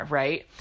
right